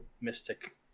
mystic